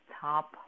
top